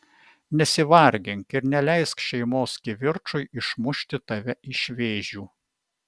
nesivargink ir neleisk šeimos kivirčui išmušti tave iš vėžių